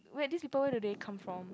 wait did they told you where they come from